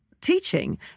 teaching